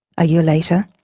a year later,